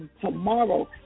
tomorrow